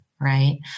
right